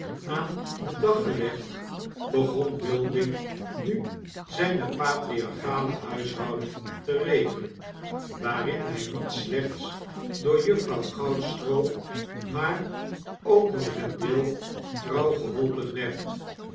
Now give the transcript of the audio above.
aan den dag gelegd begon wilding nu zyne patriarchale huishouding te regelen waarin hy niet slechts door juffrouw goudstroo maar ook door vendale trouw geholpen werd